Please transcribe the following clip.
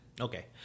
Okay